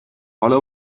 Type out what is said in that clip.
حالا